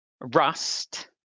Rust